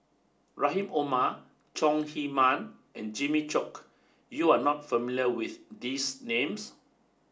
Rahim Omar Chong Heman and Jimmy Chok You are not familiar with these names